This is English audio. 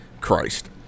Christ